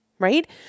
right